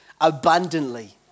abundantly